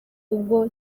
ubwo